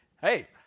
hey